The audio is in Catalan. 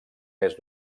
més